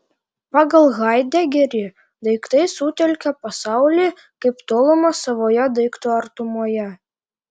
pagal haidegerį daiktai sutelkia pasaulį kaip tolumą savoje daiktų artumoje